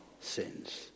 sins